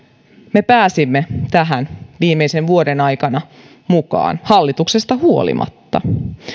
me pääsimme tähän viimeisen vuoden aikana mukaan hallituksesta huolimatta